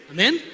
Amen